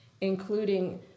including